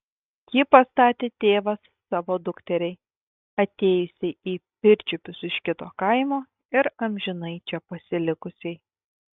jį pastatė tėvas savo dukteriai atėjusiai į pirčiupius iš kito kaimo ir amžinai čia pasilikusiai